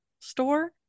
store